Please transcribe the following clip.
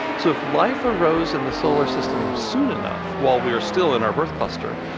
so if life arose in the solar system soon enough, while we were still in our birth cluster,